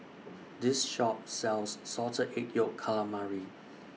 This Shop sells Salted Egg Yolk Calamari